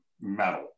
metal